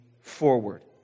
forward